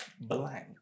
Blank